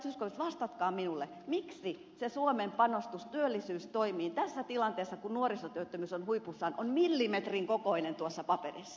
zyskowicz vastatkaa minulle miksi se suomen panostus työllisyystoimiin tässä tilanteessa kun nuorisotyöttömyys on huipussaan on millimetrin kokoinen tuossa paperissa